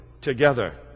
together